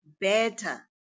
better